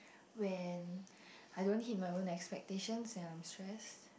when I don't hit my own expectations when I'm stressed